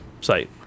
site